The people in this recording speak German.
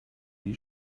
die